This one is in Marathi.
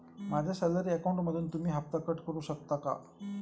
माझ्या सॅलरी अकाउंटमधून तुम्ही हफ्ता कट करू शकता का?